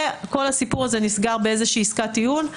וכל הסיפור הזה נסגר בעסקת טיעון.